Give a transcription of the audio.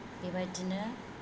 बेबायदिनो